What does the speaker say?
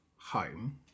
home